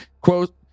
quote